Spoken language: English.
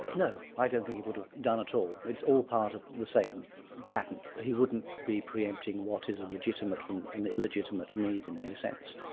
no, i don't think he would have done at all. it's all part of the same pattern. he wouldn't be pre-empting what is a legitimate from an illegitimate need in any sense.